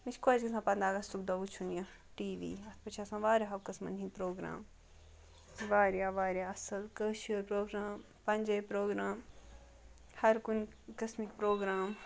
مےٚ چھِ خۄش گژھان پنٛداہ اَگستُک دۄہ وُچھُن یہِ ٹی وی اَتھ پٮ۪ٹھ چھِ آسان واریاہو قٕسمَن ہٕنٛدۍ پرٛوگرام واریاہ واریاہ اَصٕل کٲشِر پرٛوگرام پَنٛجٲبۍ پرٛوگرام ہر کُنہِ قٕسمٕکۍ پرٛوگرام